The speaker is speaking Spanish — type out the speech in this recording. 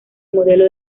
modelo